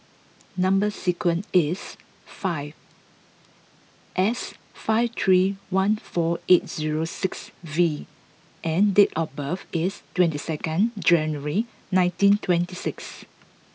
number sequence is five S five three one four eight zero six V and date of birth is twenty second January nineteen twenty six